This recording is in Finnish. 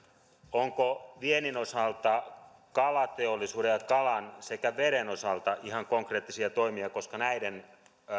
onko viennin osalta kalateollisuuden ja kalan sekä veden osalta ihan konkreettisia toimia koska näiden